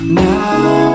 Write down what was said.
now